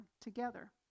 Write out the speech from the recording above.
together